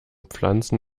pflanzen